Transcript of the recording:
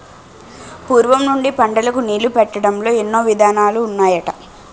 పూర్వం నుండి పంటలకు నీళ్ళు పెట్టడంలో ఎన్నో విధానాలు ఉన్నాయట